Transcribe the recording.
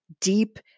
deep